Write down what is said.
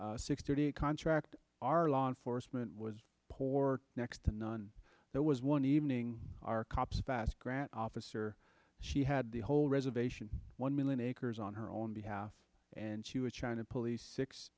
six thirty contract our law enforcement was poor or next to none there was one evening our cops passed grant officer she had the whole reservation one million acres on her own behalf and she was trying to pull the six